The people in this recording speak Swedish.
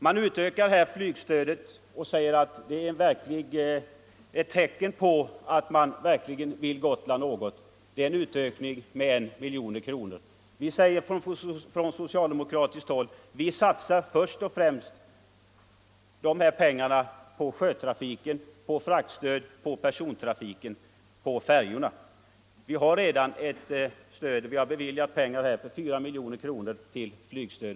Man utökar här flygstödet med 1 miljon kronor och säger att det är tecken på att man verkligen vill göra någonting för Gotland. På social demokratiskt håll vill vi emellertid först och främst satsa pengarna på sjötrafiken — på fraktstöd och på persontrafiken på färjorna. Vi lämnar redan ett flygstöd: vi har beviljat 4 miljoner kronor i flygstöd.